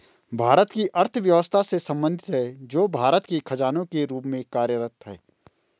भारत की अर्थव्यवस्था से संबंधित है, जो भारत के खजाने के रूप में कार्यरत है